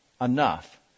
enough